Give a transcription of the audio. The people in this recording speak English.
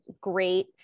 great